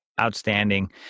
Outstanding